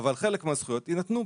אבל חלק מהזכויות יינתנו,